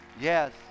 Yes